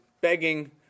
begging